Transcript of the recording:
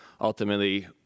Ultimately